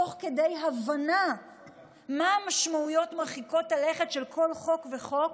תוך כדי הבנה מה המשמעויות מרחיקות הלכת של כל חוק וחוק,